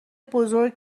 بزرگ